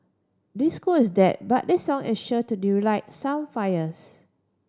disco is dead but this song is sure to D relight some fires